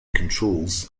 controls